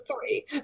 three